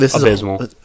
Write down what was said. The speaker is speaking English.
Abysmal